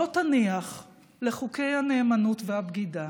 בוא תניח לחוקי הנאמנות והבגידה